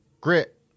Grit